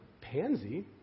pansy